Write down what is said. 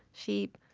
sheep,